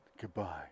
Goodbye